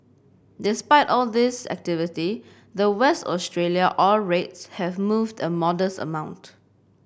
despite all this activity the West Australia ore rates have moved a modest amount